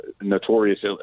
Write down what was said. notorious